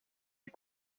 die